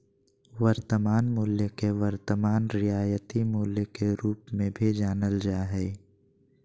वर्तमान मूल्य के वर्तमान रियायती मूल्य के रूप मे भी जानल जा हय